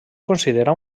considera